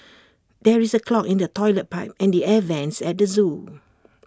there is A clog in the Toilet Pipe and the air Vents at the Zoo